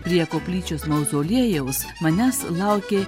prie koplyčios mauzoliejaus manęs laukė